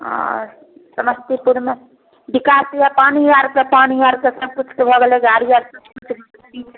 अच्छे समस्तीपुर मे विकास इएह पानि आर के पानि आर के सबकिछु के भऽ गेलै गाड़ी आर के सबकिछु ठीक